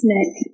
Nick